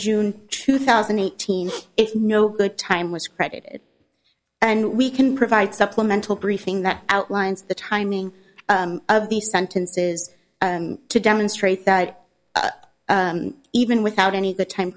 june two thousand and eighteen it's no good time was credited and we can provide supplemental briefing that outlines the timing of the sentences to demonstrate that even without any of the time